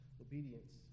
obedience